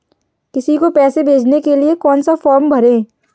किसी को पैसे भेजने के लिए कौन सा फॉर्म भरें?